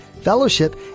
fellowship